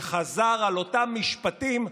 שחזר על אותם משפטים.